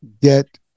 get